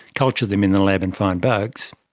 culture them in the lab and find bugs,